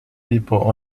people